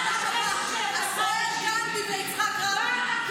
כישלון לשב"כ, השר גנדי ויצחק רבין.